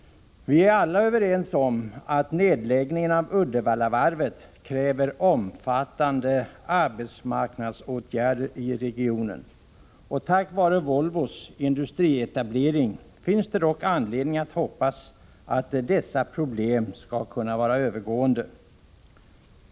Vi är alla överens om att nedläggningen av Uddevallavarvet kräver omfattande arbetsmarknadsåtgärder i regionen. Tack vare Volvos industrietablering finns det dock anledning att hoppas att problemen där skall kunna vara övergående.